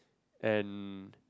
and